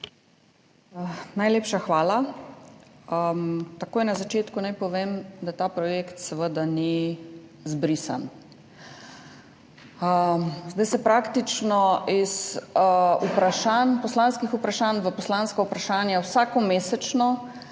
Najlepša hvala. Takoj na začetku naj povem, da ta projekt seveda ni izbrisan. Zdaj se praktično iz poslanskih vprašanj v poslanska vprašanja vsakomesečno